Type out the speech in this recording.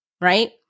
right